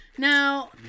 Now